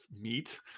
meat